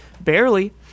barely